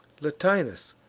latinus,